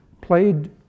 played